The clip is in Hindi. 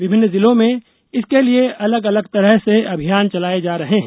विभिन्न जिलों में इसके लिए अलग अलग तरह से अभियान चलाये जा रहे हैं